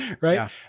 Right